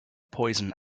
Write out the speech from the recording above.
poison